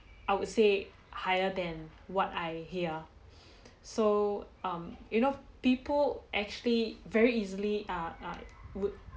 I would say higher than what I hear so um you know people actually very easily ah ah would